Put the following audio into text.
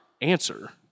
answer